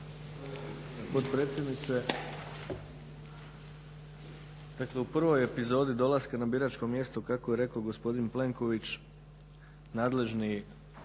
u prvoj epizoda dolaska na biračko mjesto kako je rekao gospodin Plenković nadležni,